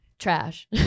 Trash